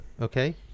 okay